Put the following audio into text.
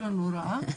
לא נורא.